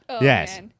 Yes